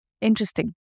Interesting